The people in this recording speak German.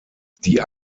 die